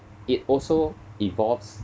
it also involves